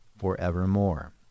forevermore